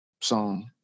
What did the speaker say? song